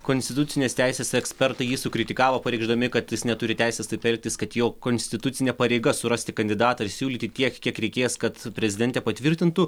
konstitucinės teisės ekspertai jį sukritikavo pareikšdami kad jis neturi teisės taip elgtis kad jo konstitucinė pareiga surasti kandidatą ir siūlyti tiek kiek reikės kad prezidentė patvirtintų